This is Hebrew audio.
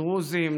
דרוזים,